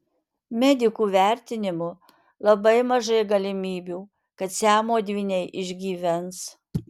medikų vertinimu labai mažai galimybių kad siamo dvyniai išgyvens